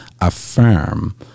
affirm